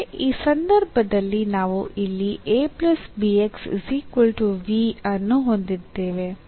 ಆದರೆ ಈ ಸಂದರ್ಭದಲ್ಲಿ ನಾವು ಇಲ್ಲಿ ಅನ್ನು ಹೊಂದಿದ್ದೇವೆ